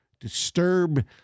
disturb